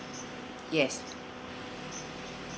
yes